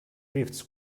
drifts